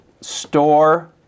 store